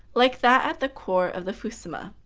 like that at the core of the fusuma.